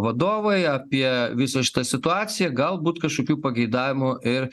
vadovai apie visą šitą situaciją galbūt kažkokių pageidavimų ir